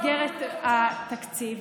אתה יודע שמעבירים דברים במסגרת התקציב,